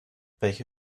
welche